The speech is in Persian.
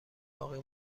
باقی